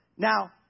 Now